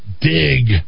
dig